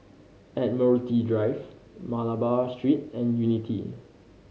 Admiralty Drive Malabar Street and Unity